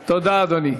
תודה, אדוני.